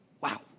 Wow